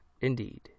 Indeed